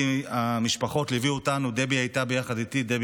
המשפחות ליוו אותנו, דבי ביטון